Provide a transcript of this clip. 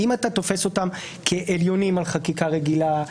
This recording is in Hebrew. האם אתה תופס אותם כעליונים על חקיקה רגילה.